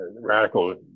radical